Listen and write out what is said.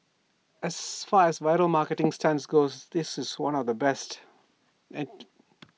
as far as viral marketing stunts goes this is one of the best